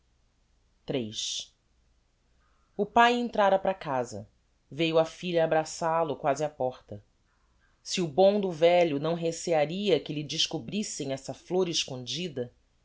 iii o pae entrara para casa veiu a filha abraçal o quasi á porta se o bom do velho não recearia que lhe descobrissem essa flôr escondida